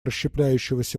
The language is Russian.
расщепляющегося